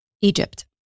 Egypt